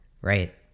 Right